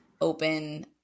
open